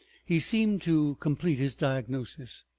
he seemed to complete his diagnosis.